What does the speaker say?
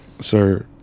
sir